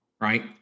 right